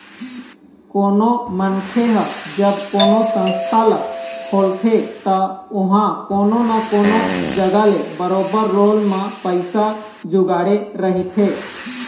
कोनो मनखे ह जब कोनो संस्था ल खोलथे त ओहा कोनो न कोनो जघा ले बरोबर लोन म पइसा जुगाड़े रहिथे